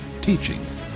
teachings